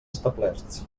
establerts